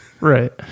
Right